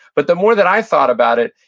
but the more that i thought about it,